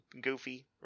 goofy